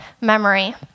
memory